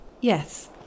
Yes